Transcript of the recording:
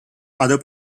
other